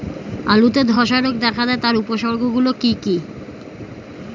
আলুতে ধ্বসা রোগ দেখা দেয় তার উপসর্গগুলি কি কি?